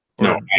No